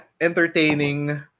entertaining